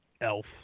Elf